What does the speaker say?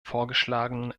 vorgeschlagenen